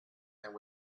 and